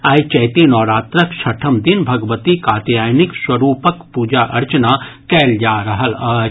आइ चैती नवरात्रक छठम दिन भगवतीक कात्यायनी स्वरूपक पूजा अर्चना कयल जा रहल अछि